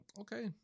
okay